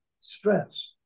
stress